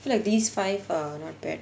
feel like these five are not bad